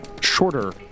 shorter